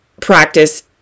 practice